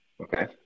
Okay